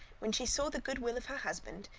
when she saw the goodwill of her husband,